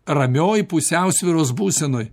ramioj pusiausvyros būsenoj